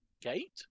Gate